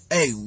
Hey